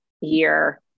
year